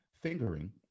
fingering